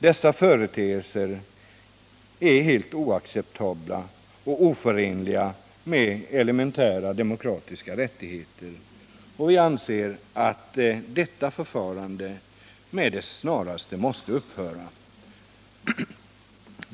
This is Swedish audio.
Dessa företeelser är helt oacceptabla och oförenliga med elementära demokratiska rättigheter. Vi anser att detta förfarande med det snaraste måste upphöra.